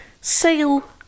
sale